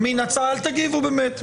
אל תגיבו באמת,